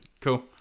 cool